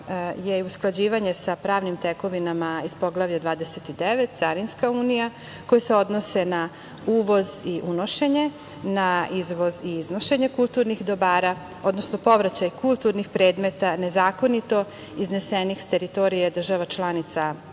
je i usklađivanje sa pravnim tekovinama iz Poglavlja 29 – Carinska unija, koji se odnose na uvoz i unošenje, na izvoz i iznošenje kulturnih dobara, odnosno povraćaj kulturnih predmeta, nezakonito iznesenih sa teritorije država članica